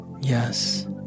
Yes